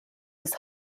was